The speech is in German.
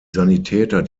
sanitäter